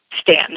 stand